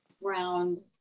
round